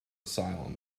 asylum